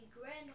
grand